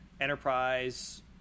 enterprise